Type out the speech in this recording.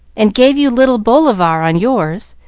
and gave you little bolivar on yours.